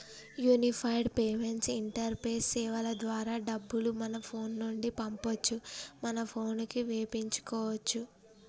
unified payments interface సేవల ద్వారా డబ్బులు మన ఫోను నుండి పంపొచ్చు మన పోనుకి వేపించుకోచ్చు